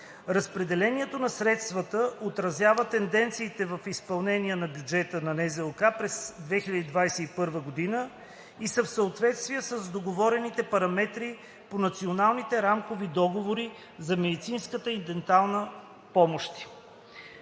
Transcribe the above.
Разпределението на средствата отразява тенденциите в изпълнение на бюджета на НЗОК през 2021 г. и са в съответствие с договорените параметри по националните рамкови договори за медицинската и денталната помощ.“